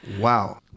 Wow